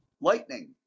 lightning